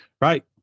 Right